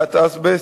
עבודת אזבסט,